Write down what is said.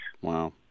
Wow